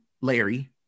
Larry